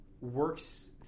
works